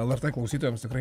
lrt klausytojams tikrai